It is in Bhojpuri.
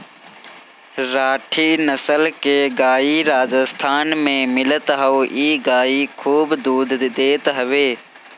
राठी नसल के गाई राजस्थान में मिलत हअ इ गाई खूब दूध देत हवे